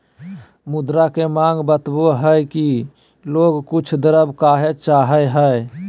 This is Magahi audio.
मुद्रा के माँग बतवय हइ कि लोग कुछ द्रव्य काहे चाहइ हइ